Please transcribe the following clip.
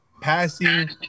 passing